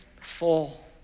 full